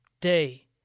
day